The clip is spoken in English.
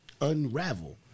unravel